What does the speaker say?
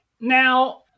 Now